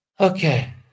Okay